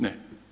Ne!